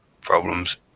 problems